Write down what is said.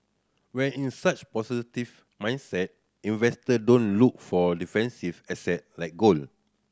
when in such positive mindset investor don't look for defensive asset like gold